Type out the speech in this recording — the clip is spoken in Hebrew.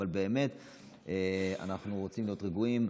אבל באמת אנחנו רוצים להיות רגועים.